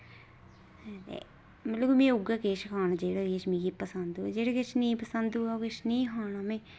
ते मतलब कि में उ'ऐ किश खाना जेह्ड़ा किश मी पसंद होऐ जेह्ड़ा किश निं पसंद होऐ ओह् किश नेईं खाना में